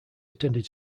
attended